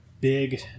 big